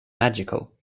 magical